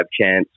chance